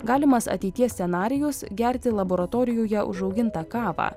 galimas ateities scenarijus gerti laboratorijoje užaugintą kavą